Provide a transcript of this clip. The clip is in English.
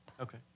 Okay